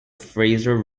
fraser